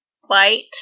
white